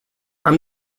i’m